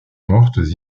mortes